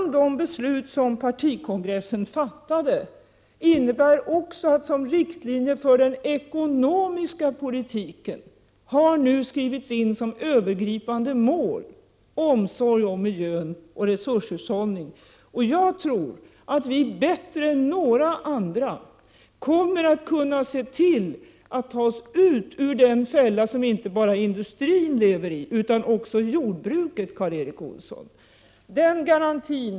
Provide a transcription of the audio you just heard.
De beslut som partikongressen fattade innebär bl.a. att i riktlinjerna för den ekonomiska politiken har nu som övergripande mål skrivits in omsorg om miljön och resurshushållning. Jag tror att vi bättre än några andra kommer att kunna se till, att vi tar oss ut ur den fälla som inte bara industrin lever i utan också jordbruket, Karl Erik Olsson.